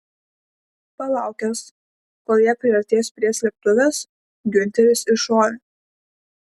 palaukęs kol jie priartės prie slėptuvės giunteris iššovė